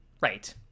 Right